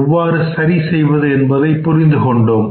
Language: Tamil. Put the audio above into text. எவ்வாறு சரி செய்வது என்பதை புரிந்து கொண்டோம்